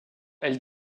elle